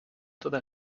toda